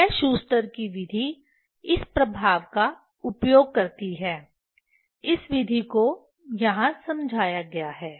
यह शूस्टर की विधि Schuster's method इस प्रभाव का उपयोग करती है इस विधि को यहाँ समझाया गया है